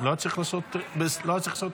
לוועדת החינוך,